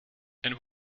and